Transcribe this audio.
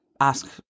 ask